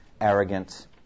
arrogant